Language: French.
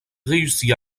réussit